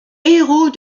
héros